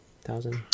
thousand